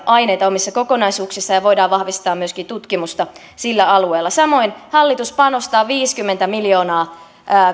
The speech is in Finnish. aineita omissa kokonaisuuksissaan ja voidaan vahvistaa myöskin tutkimusta sillä alueella samoin hallitus panostaa viisikymmentä miljoonaa